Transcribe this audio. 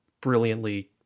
brilliantly